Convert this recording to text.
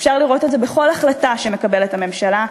אפשר לראות את זה בכל החלטה שהממשלה מקבלת,